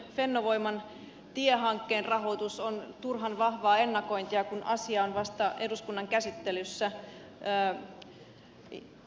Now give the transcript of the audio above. fennovoiman tiehankkeen rahoitus on turhan vahvaa ennakointia kun asia on vasta eduskunnan käsittelyssä